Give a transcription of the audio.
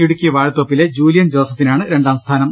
ഇടുക്കി വാഴത്തോപ്പിലെ ജൂലിയൻ ജോസഫിനാണ് രണ്ടാംസ്ഥാനം